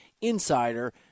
Insider